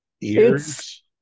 ears